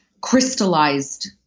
crystallized